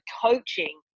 coaching